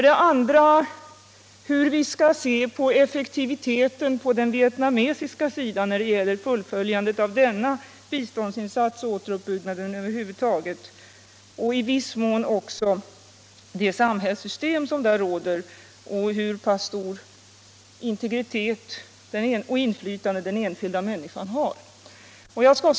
Det andra är hur vi skall se på effektiviteten på den vietnamesiska sidan när det gäller fullföljande av denna biståndsinsats och av återuppbyggnaden över huvud taget samt i viss mån också det samhällssystem :som råder och hur pass stor integritet och hur stort inflytande den enskilda människan i Vietnam har.